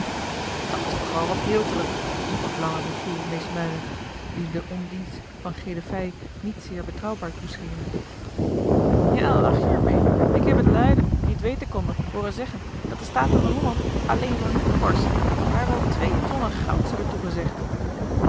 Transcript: toch wel wat heel druk sprak lange michiel meesmuilend wien de on dits van gele fij niet zeer betrouwbaar toeschenen ja al lach je er meê ik heb het luiden die t weten konden hooren zeggen dat de staten van holland alleen voor hunne portie haar wel twee tonnen gouds hebben toegezegd